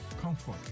comfort